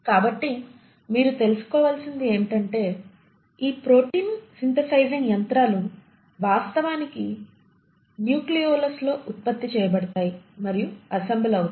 కాబట్టి మీరు తెలుసుకోవలసినది ఏమిటంటే ఈ ప్రోటీన్ సింథసైజింగ్ యంత్రాలు వాస్తవానికి న్యూక్లియోలస్లో ఉత్పత్తి చేయబడతాయి మరియు అసెంబుల్ అవుతాయి